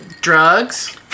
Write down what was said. drugs